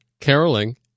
caroling